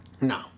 No